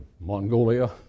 Mongolia